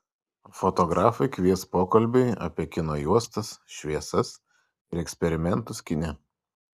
fotografai kvies pokalbiui apie kino juostas šviesas ir eksperimentus kine